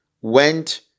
went